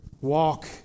walk